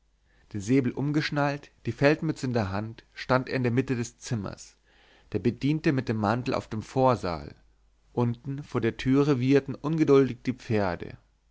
den säbel umgeschnallt die feldmütze in der hand stand er in der mitte des zimmers der bediente mit dem mantel auf dem vorsaal unten vor der türe wieherten ungeduldig die pferde